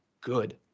good